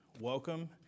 Welcome